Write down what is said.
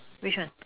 which one